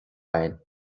againn